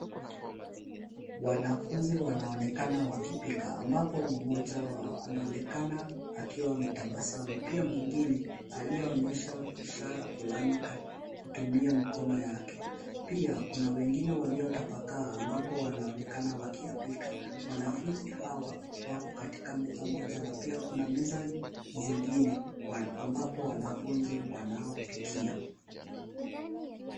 Wanafunzi wanaoonekana wakipika ambapo mmoja wao anaonekana akiwa ametabasamu. Pia mwingine, aliyeonyesha ishara fulani kutumia mikono yake. Pia, kuna wengine waliotapakaa ambapo wanaonekana wakiyapika. Wanafunzi hawa, wako katika meza moja na pia kuna mezani zingine, ambapo wanafunzi wanaopikia.